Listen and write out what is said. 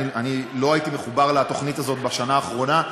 אני לא הייתי מחובר לתוכנית הזאת בשנה האחרונה,